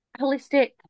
holistic